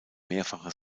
mehrfacher